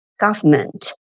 government